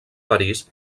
parís